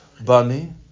Bani